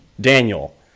Daniel